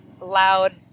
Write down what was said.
loud